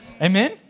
Amen